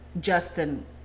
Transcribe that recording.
Justin